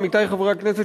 עמיתי חברי הכנסת,